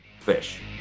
Fish